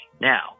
now